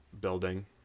building